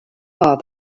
are